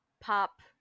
pop